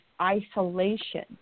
isolation